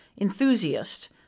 enthusiast